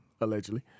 allegedly